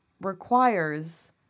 requires